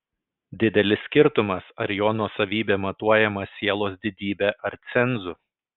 didelis skirtumas ar jo nuosavybė matuojama sielos didybe ar cenzu